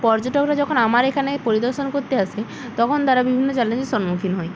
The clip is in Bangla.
পর্যটকরা যখন আমার এখানে পরিদর্শন করতে আসে তখন তারা বিভিন্ন চ্যালেঞ্জের সম্মুখীন হয়